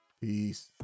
Peace